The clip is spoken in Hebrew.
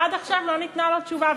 עד עכשיו לא ניתנה לו תשובה.